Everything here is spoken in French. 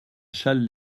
challes